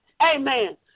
amen